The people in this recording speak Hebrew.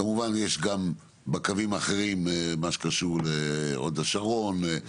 כמובן יש גם בקווים האחרים מה שקשור להוד השרון,